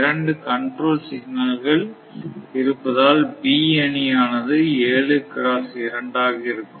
இரண்டு கண்ட்ரோல் சிக்னல்கள் இருப்பதால் B அணியானது 7 x 2 ஆக இருக்கும்